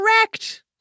correct